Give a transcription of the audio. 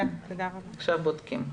בודקים עכשיו.